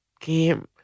game